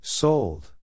Sold